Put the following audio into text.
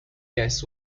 guess